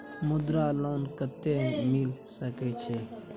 मुद्रा लोन कत्ते मिल सके छै?